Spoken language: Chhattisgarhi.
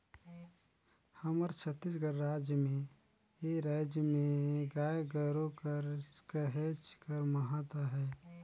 हमर छत्तीसगढ़ राज में ए राएज में गाय गरू कर कहेच कर महत अहे